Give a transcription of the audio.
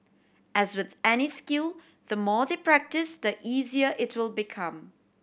as with any skill the more they practise the easier it will become